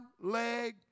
leg